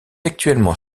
actuellement